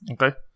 Okay